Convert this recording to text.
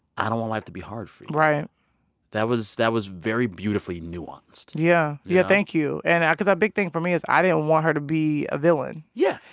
i don't want life to be hard for you right that was that was very beautifully nuanced yeah. yeah. thank you. and cause a big thing for me is i didn't want her to be a villain yeah.